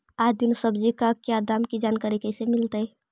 आज दीन सब्जी का क्या दाम की जानकारी कैसे मीलतय?